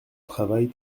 travail